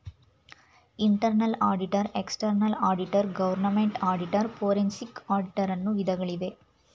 internal auditor, external auditor, government auditor, forensic auditor, ಅನ್ನು ವಿಧಗಳಿವೆ